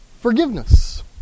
forgiveness